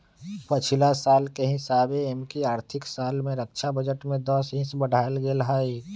पछिला साल के हिसाबे एमकि आर्थिक साल में रक्षा बजट में दस हिस बढ़ायल गेल हइ